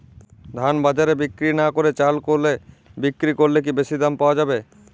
ধান বাজারে বিক্রি না করে চাল কলে বিক্রি করলে কি বেশী দাম পাওয়া যাবে?